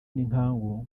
n’inkangu